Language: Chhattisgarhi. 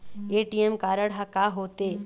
ए.टी.एम कारड हा का होते?